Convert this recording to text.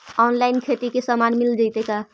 Online खेती के सामान मिल जैतै का?